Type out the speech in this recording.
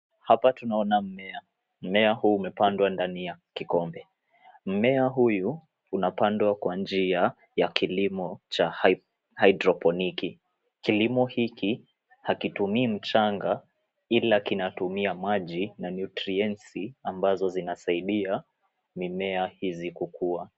Hapa tunaona mmea huu umepandwa ndani ya kikombe. Mmea huu unapandwa kwa njia hydropoli. Kilimo hiki hakitumii mchanga ila kinatumia maji na nutrients ambazo zinasaidia mimea hizi kukua.